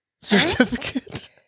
certificate